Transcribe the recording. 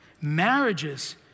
Marriages